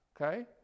okay